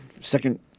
second